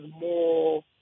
more